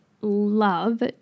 love